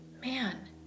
Man